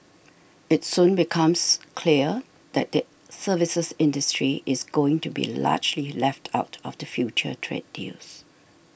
it soon becomes clear that the services industry is going to be largely left out of the future trade deals